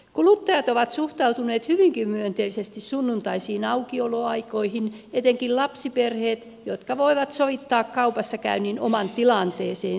kuluttajat ovat suhtautuneet hyvinkin myönteisesti sunnuntaisiin aukioloaikoihin etenkin lapsiperheet jotka voivat sovittaa kaupassakäynnin omaan tilanteeseensa sopivaksi